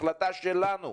החלטה שלנו,